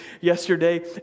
yesterday